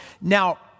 Now